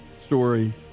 story